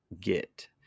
get